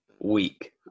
week